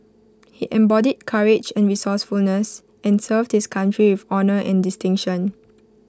he embodied courage and resourcefulness and served his country with honour and distinction